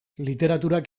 literaturak